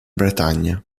bretagna